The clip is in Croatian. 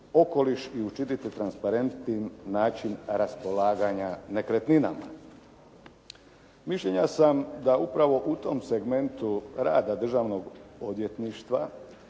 i učiniti transparentnim način raspolaganja nekretninama. Mišljenja sam da upravo u tom segmentu rada Državnog odvjetništva,